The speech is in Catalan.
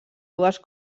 dues